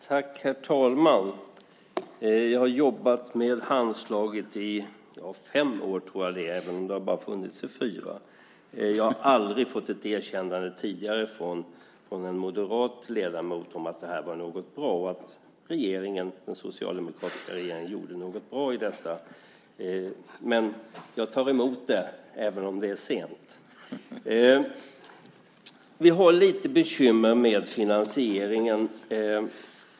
Herr talman! Jag har jobbat med Handslaget i fem år, tror jag att det är, även om det bara har funnits i fyra. Jag har aldrig tidigare fått ett erkännande från en moderat ledamot om att det här var något bra och att den socialdemokratiska regeringen gjorde något bra i fråga om detta. Men jag tar emot det, även om det är sent. Vi har lite bekymmer med finansieringen.